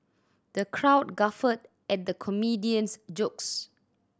the crowd guffawed at the comedian's jokes